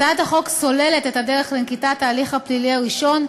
הצעת החוק סוללת את הדרך לנקיטת ההליך הפלילי הראשון,